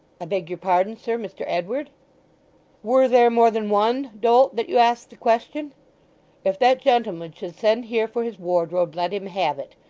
i beg your pardon, sir, mr edward were there more than one, dolt, that you ask the question if that gentleman should send here for his wardrobe, let him have it,